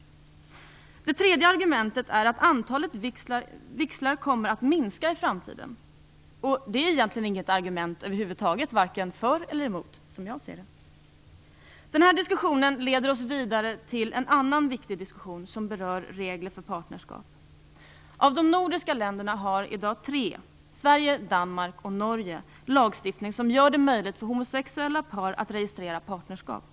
Det tredje argumentet är att antalet vigslar kommer att minska i framtiden. Men det är egentligen varken något argument för eller emot som jag ser det. Den här diskussionen leder oss vidare till en annan viktig diskussion som berör regler för partnerskap. Av de nordiska länderna har i dag tre, Sverige, Danmark och Norge, lagstiftning som gör det möjligt för homosexuella par att registrera partnerskap.